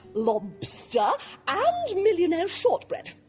lobster, and millionaire's shortbread.